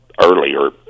earlier